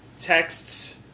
Texts